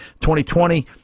2020